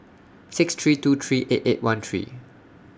six three two three eight eight one three